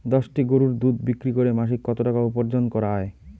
দশটি গরুর দুধ বিক্রি করে মাসিক কত টাকা উপার্জন করা য়ায়?